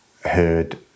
heard